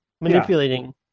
manipulating